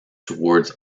towards